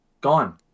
gone